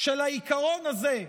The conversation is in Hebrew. של העיקרון הזה,